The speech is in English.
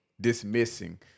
dismissing